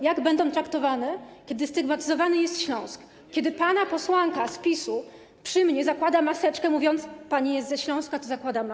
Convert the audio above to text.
Jak będą traktowane, kiedy stygmatyzowany jest Śląsk, kiedy pana posłanka z PiS-u przy mnie zakłada maseczkę, mówiąc: pani jest Śląska, to zakładam maseczkę?